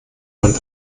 man